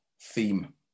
theme